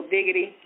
Diggity